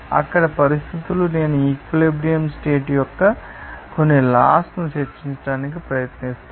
అక్కడ పరిస్థితులు నేను ఈక్విలిబ్రియం స్టేట్ యొక్క కొన్ని లాస్ ను చర్చించడానికి ప్రయత్నిస్తాను